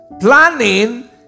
planning